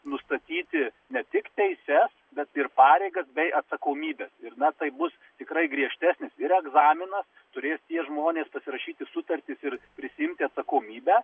nustatyti ne tik teises bet ir pareigas bei atsakomybes ir na tai bus tikrai griežtesnis ir egzaminas turės tie žmonės pasirašyti sutartis ir prisiimti atsakomybę